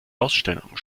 ausstellungen